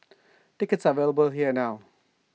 tickets are available here now